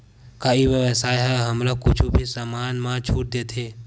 का ई व्यवसाय ह हमला कुछु भी समान मा छुट देथे?